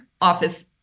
office